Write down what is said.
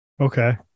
Okay